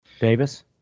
Davis